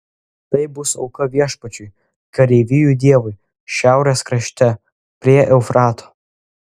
tai bus auka viešpačiui kareivijų dievui šiaurės krašte prie eufrato